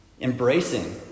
embracing